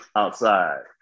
outside